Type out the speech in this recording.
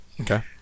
okay